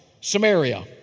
Samaria